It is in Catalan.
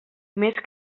més